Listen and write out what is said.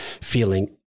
feeling